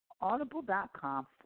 audible.com